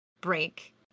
break